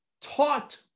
taught